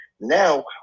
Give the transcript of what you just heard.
now